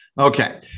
okay